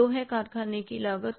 दो है कारखाने की लागत